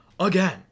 Again